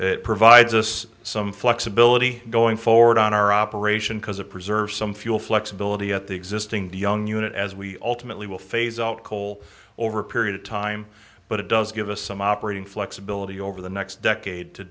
that provides us some flexibility going forward on our operation because it preserves some fuel flexibility at the existing the young unit as we ultimately will phase out coal over a period of time but it does give us some operating flexibility over the next decade to